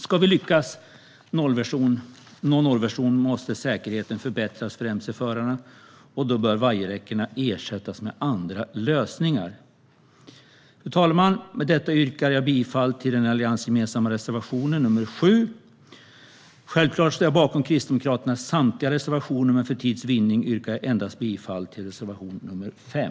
Ska vi lyckas nå nollvisionen måste säkerheten förbättras för mc-förarna, och då bör vajerräckena ersättas med andra lösningar. Fru talman! Med detta yrkar jag bifall till den alliansgemensamma reservationen nr 7. Självklart står jag bakom Kristdemokraternas samtliga reservationer, men för tids vinnande yrkar jag endast bifall till reservation nr 5.